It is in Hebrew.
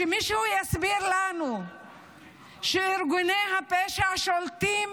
שמישהו יסביר לנו שארגוני הפשע שולטים